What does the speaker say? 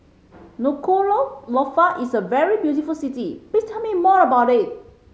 Nuku'alofa is a very beautiful city please tell me more about it